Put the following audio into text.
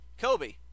Kobe